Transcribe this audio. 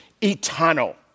eternal